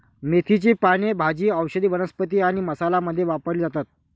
मेथीची पाने भाजी, औषधी वनस्पती आणि मसाला मध्ये वापरली जातात